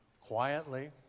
quietly